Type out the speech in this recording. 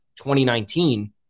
2019